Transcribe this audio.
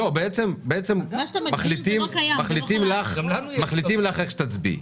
בעצם מחליטים לך איך שתצביעי.